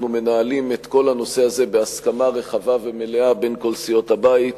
אנחנו מנהלים את כל הנושא הזה בהסכמה רחבה ומלאה בין כל סיעות הבית.